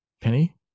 Penny